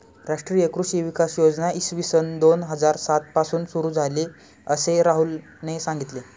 राष्ट्रीय कृषी विकास योजना इसवी सन दोन हजार सात पासून सुरू झाली, असे राहुलने सांगितले